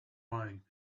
lying